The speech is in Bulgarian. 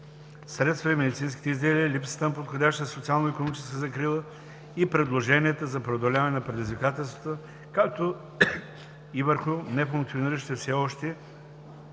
средства и медицинските изделия; липсата на подходяща социално-икономическа закрила и предложенията за преодоляване на предизвикателствата, както и върху нефункциониращите все още